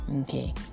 Okay